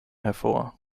hervor